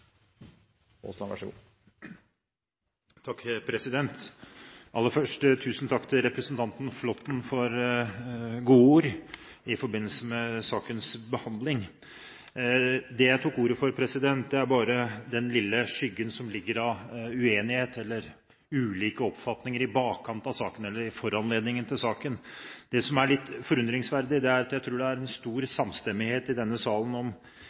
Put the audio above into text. for gode ord i forbindelse med sakens behandling. Grunnen til at jeg tok ordet, er bare den lille skyggen av ulike oppfatninger som ligger i bakkant av, eller i foranledningen til saken. Det som er litt forunderlig, er at jeg tror det er stor enighet i denne salen om